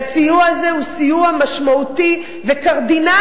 והסיוע הזה הוא סיוע משמעותי וקרדינלי